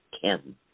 Kim